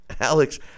Alex